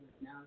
now